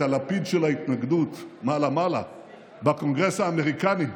את הלפיד של ההתנגדות מעלה מעלה בקונגרס האמריקני,